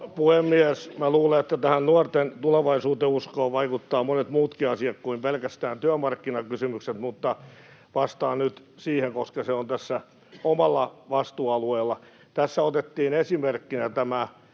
puhemies! Minä luulen, että tähän nuorten tulevaisuudenuskoon vaikuttavat monet muutkin asiat kuin pelkästään työmarkkinakysymykset, mutta vastaan nyt siihen, koska se on tässä omalla vastuualueellani. Tässä otettiin esimerkkinä tämä